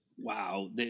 wow